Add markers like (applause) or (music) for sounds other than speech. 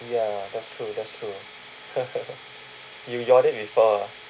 ya that's true that's true (laughs) you yard before ah